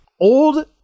Old